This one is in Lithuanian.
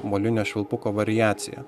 molinio švilpuko variaciją